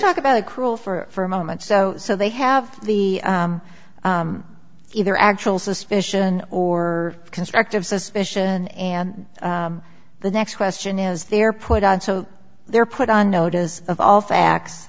talk about a cruel for a moment so so they have the either actual suspicion or constructive suspicion and the next question is they're put on so they're put on notice of all facts